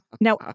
Now